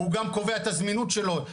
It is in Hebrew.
הוא גם קובע את זמינות שלו,